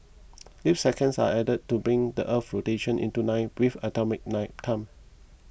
leap seconds are added to bring the Earth's rotation into line with atomic night time